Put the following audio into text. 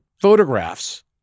photographs